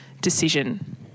decision